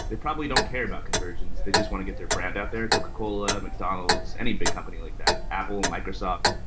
they probably don't care about conversations, they just want to get their brand out there. coca-cola, mcdonalds, any big company like that, apple, microsoft,